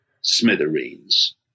smithereens